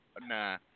Nah